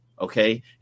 okay